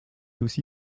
aussi